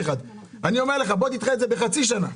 בוא תדחה את זה בחצי שנה.